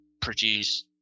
produce